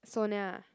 Sonia